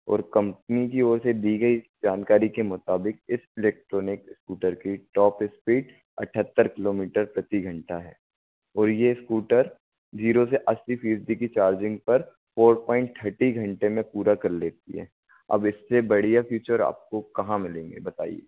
और कंपनी की ओर से दी गई जानकारी के मुताबिक़ इस इलेक्ट्रॉनिक स्कूटर की टॉप इस्पीड अठत्तर किलोमीटर प्रति घंटा है और ये स्कूटर ज़ीरो से अस्सी फ़ीसद की चार्जिंग पर फ़ोर पॉइंट थर्टी घंटे में पूरा कर लेती है अब इससे बढ़िया फीचर आपको कहाँ मिलेंगे बताइए